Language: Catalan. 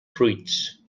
fruits